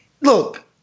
look